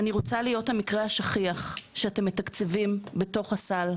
אני רוצה להיות המקרה השכיח שאתם מתקצבים בתוך הסל,